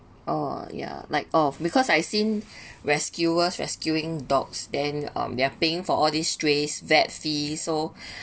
oh yeah like oh because I seen rescuers rescuing dogs then um they're paying for all these strays vet fees so